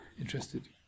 interested